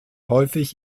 häufig